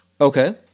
Okay